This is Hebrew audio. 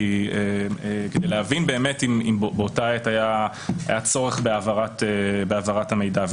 כדי להבין אם באותה עת היה צורך בהעברת המידע.